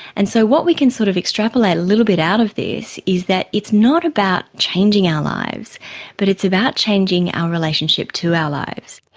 and so what we can sort of extrapolate a little bit out of this is that it's not about changing our lives but it's about changing our relationship to our lives.